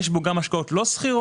יש בו גם השקעות לא סחירות,